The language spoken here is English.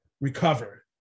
recover